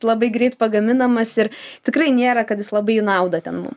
labai greit pagaminamas ir tikrai nėra kad jis labai į naudą ten